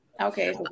Okay